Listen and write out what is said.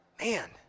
man